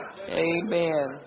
Amen